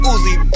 Uzi